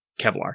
Kevlar